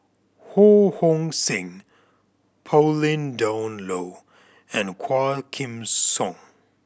Ho Hong Sing Pauline Dawn Loh and Quah Kim Song